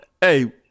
hey